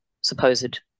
supposed